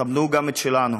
כבדו גם את שלנו.